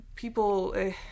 People